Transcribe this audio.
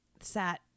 sat